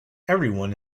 everyone